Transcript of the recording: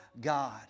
God